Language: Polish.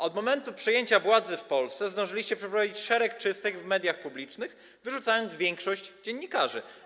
Od momentu przejęcia władzy w Polsce zdążyliście przeprowadzić szereg czystek w mediach publicznych, wyrzucając większość dziennikarzy.